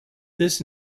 this